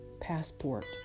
passport